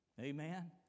Amen